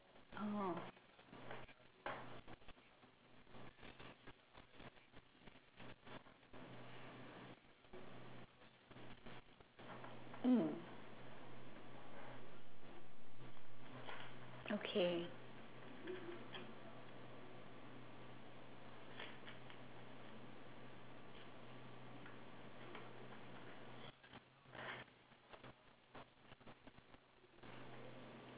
oh mm okay